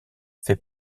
fait